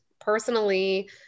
personally